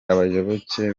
abayoboke